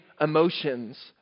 emotions